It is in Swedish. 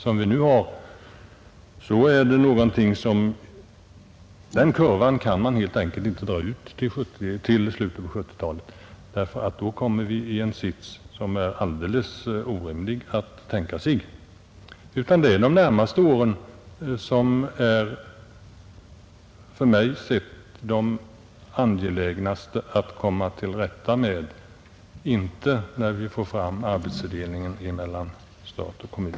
Den nuvarande utvecklingskurvan kan man helt enkelt inte dra ut till slutet på 1970-talet, ty då kommer vi i en situation som är alldeles orimlig att tänka sig. Det är de närmaste åren som det är angelägnast att komma till rätta med; det gäller inte den tidpunkt då vi får fram arbetsfördelningen mellan stat och kommun.